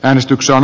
äänestyksen